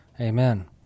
Amen